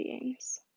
beings